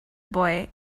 boy